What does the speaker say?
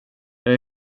jag